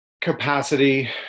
capacity